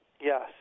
Yes